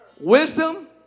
Wisdom